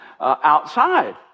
outside